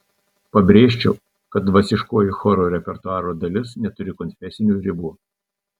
pabrėžčiau kad dvasiškoji choro repertuaro dalis neturi konfesinių ribų